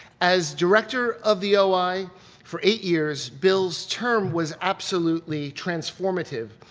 as director of the oi for eight years, bill's term was absolutely transformative.